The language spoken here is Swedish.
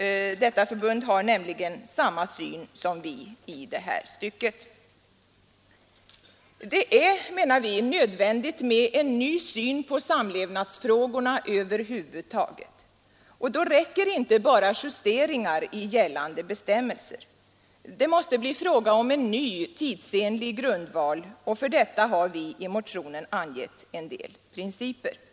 Detta förbund har nämligen samma syn som vi i detta stycke. Det är, menar vi, nödvändigt med en ny syn på samlevnadsfrågorna över huvud taget. Det räcker inte med justeringar i gällande bestämmelser. Det måste bli fråga om en ny tidsenlig grundval, och vi har i motionen angivit en del principer härför.